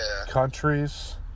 countries